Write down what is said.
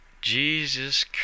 Jesus